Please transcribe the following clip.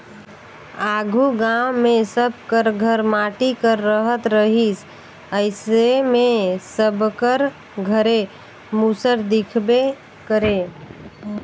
आघु गाँव मे सब कर घर माटी कर रहत रहिस अइसे मे सबकर घरे मूसर दिखबे करे